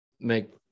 make